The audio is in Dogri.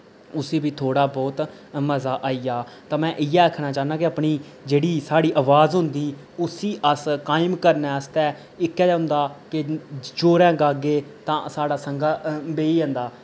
उसी बी थोह्ड़ा बोह्त मजा आई जा तां मैं इयै आखना चाह्न्नां कि अपनी जेह्ड़ी साढ़ी अवाज होंदी उसी अस कायम करने आस्तै इक्कै होंदा के जोरैं गाह्गे तां साढ़ा संघा बेही जंदा